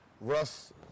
Russ